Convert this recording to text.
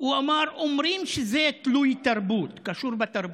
הוא אמר: אומרים שזה תלוי תרבות, קשור לתרבות.